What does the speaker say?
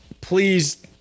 Please